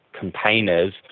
campaigners